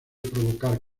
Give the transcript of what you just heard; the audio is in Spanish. provocar